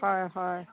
হয় হয়